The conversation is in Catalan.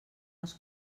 els